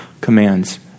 commands